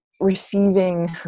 receiving